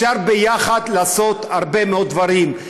אפשר יחד לעשות הרבה מאוד דברים.